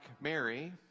Mary